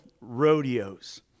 rodeos